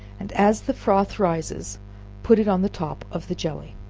and as the froth rises put it on the top of the jelly.